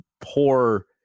poor